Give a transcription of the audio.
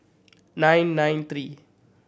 nine nine three